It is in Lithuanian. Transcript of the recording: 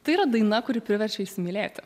tai yra daina kuri priverčia įsimylėti